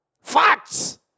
Facts